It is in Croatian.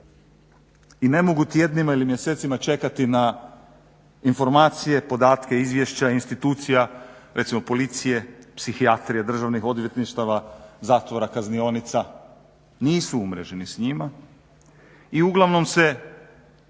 i ne mogu tjednima ili mjesecima čekati na informacije, podatke, izvješća institucija recimo policije, psihijatrije, državnih odvjetništava, zatvora, kaznionica nisu umreženi s njima i uglavnom se